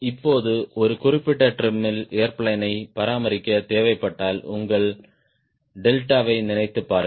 இப்போது ஒரு குறிப்பிட்ட டிரிமில் ஏர்பிளேன் யை பராமரிக்க தேவைப்பட்டால் உங்கள் டெல்டாவை நினைத்துப் பாருங்கள்